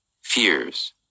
fears